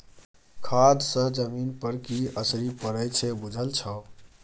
खाद सँ जमीन पर की असरि पड़य छै बुझल छौ